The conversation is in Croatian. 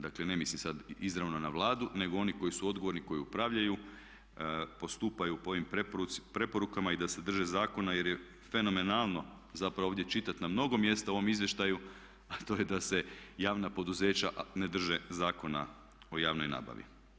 Dakle, ne mislim sad izravno na Vladu nego oni koji su odgovorni koji upravljaju postupaju po ovim preporukama i da se drže zakona jer je fenomenalno zapravo ovdje čitati na mnogo mjesta u ovom izvještaju da se javna poduzeća ne drže Zakona o javnoj nabavi.